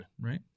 right